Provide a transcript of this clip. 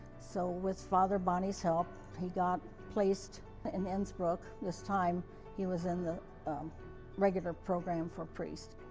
so, with father bonnie's help he got placed ah in innsbruck. this time he was in the um regular program for priests.